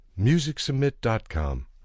MusicSubmit.com